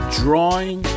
drawing